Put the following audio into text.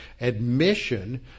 admission